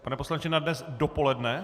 Pane poslanče, na dnes dopoledne?